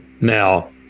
Now